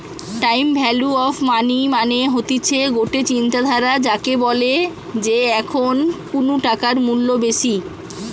time value of money মানে হতিছে গটে চিন্তাধারা যাকে বলে যে এখন কুনু টাকার মূল্য বেশি